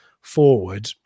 forward